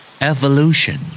Evolution